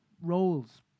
roles